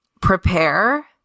prepare